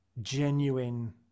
genuine